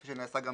כפי שנעשה גם